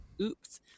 oops